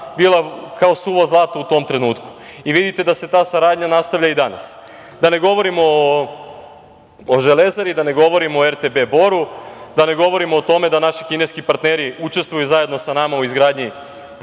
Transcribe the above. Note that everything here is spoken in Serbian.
bila kao suvo zlato u tom trenutku. Vidite da se ta saradnja nastavlja i danas. Da ne govorimo o Železari, da ne govorimo o RTB „Boru“, da ne govorimo o tome da naši kineski partneri učestvuju zajedno sa nama u izgradnji puteva,